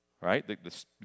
right